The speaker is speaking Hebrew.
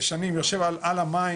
שנים הוא יושב על המים,